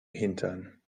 hintern